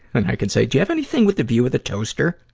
and i can say, you have anything with a view of the toaster?